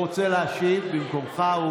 הוא רוצה להשיב במקומך.